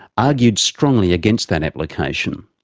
argued strongly against that application.